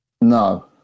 No